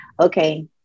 Okay